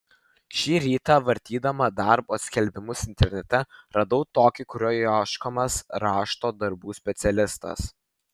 šį rytą vartydama darbo skelbimus internete radau tokį kuriuo ieškomas rašto darbų specialistas